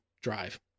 drive